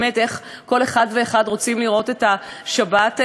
באמת איך כל אחד ואחד רוצה לראות את השבת שלו.